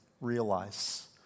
realize